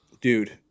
Dude